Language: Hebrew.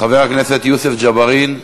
חבר הכנסת יוסף ג'בארין,